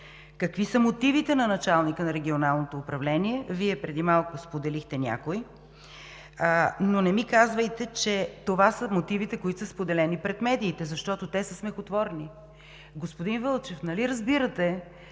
какви са мотивите на началника на Регионалното управление? Вие преди малко споделихте някои, но не ми казвайте, че това са мотивите, които са споделени пред медиите, защото те са смехотворни. Господин Вълчев, нали разбирате,